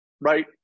Right